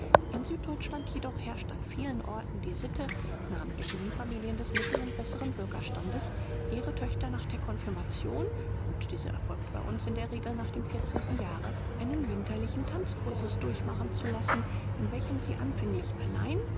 in süddeutschland jedoch herrscht an vielen orten die sitte namentlich in den familien des mittel und besseren bürgerstandes ihre töchter nach der konfirmation und diese erfolgt bei uns in der regel nach dem vierzehnten jahre einen winterlichen tanzcursus durchmachen zu lassen in welchem sie anfänglich allein